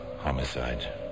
homicide